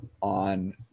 on